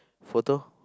photo